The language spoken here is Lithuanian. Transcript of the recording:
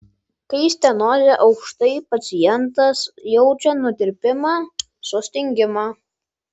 kai stenozė aukštai pacientas jaučia nutirpimą sustingimą